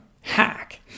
hack